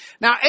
Now